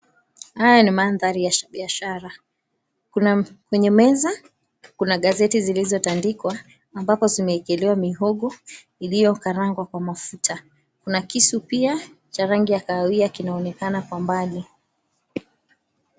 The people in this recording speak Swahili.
Haya ni mandhari ya biashara. Kuna, kwenye meza kuna gazeti zilizotandikwa ambapo zimeekelewa mihogo iliyokarangwa kwa mafuta. Kuna kisu pia cha rangi ya kahawia kinaonekana kwa mbali.